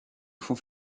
fonds